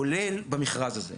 כולל במכרז הזה.